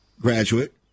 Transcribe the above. graduate